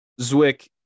Zwick